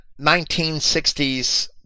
1960s